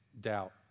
doubt